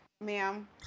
Ma'am